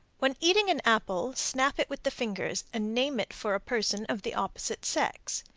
when eating an apple, snap it with the fingers and name it for a person of the opposite sex.